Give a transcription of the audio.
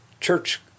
church